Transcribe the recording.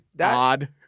odd